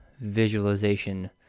visualization